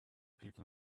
people